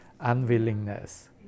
unwillingness